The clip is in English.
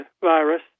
virus